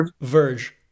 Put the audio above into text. Verge